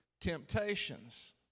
temptations